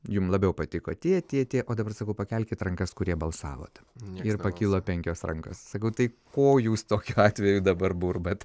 jum labiau patiko tie tie tie o dabar sakau pakelkit rankas kurie balsavot ir pakilo penkios rankos sakau tai ko jūs tokiu atveju dabar burbat